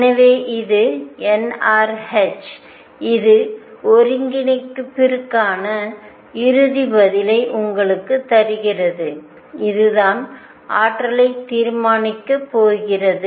எனவே இது nrh இது ஒருங்கிணைப்பிற்கான இறுதி பதிலை உங்களுக்குத் தருகிறது இதுதான் ஆற்றலைத் தீர்மானிக்கப் போகிறது